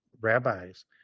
rabbis